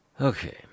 okay